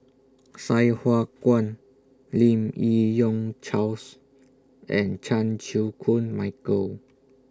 Sai Hua Kuan Lim Yi Yong Charles and Chan Chew Koon Michael